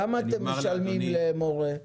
כמה אתם משלמים למורה?